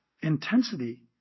intensity